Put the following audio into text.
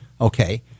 Okay